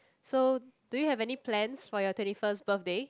so do you have any plans for your twenty first birthday